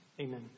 Amen